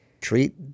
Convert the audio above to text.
Treat